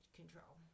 control